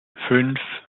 fünf